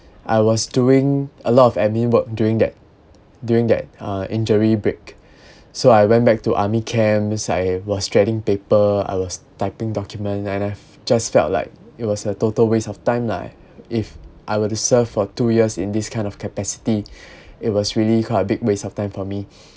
I was doing a lot of admin work during that during that uh injury break so I went back to army camp means I was shredding paper I was typing document and I just felt like it was a total waste of time lah if I were to serve for two years in this kind of capacity it was really quite a big waste of time for me